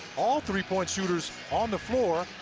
all three-point shooters on the floor,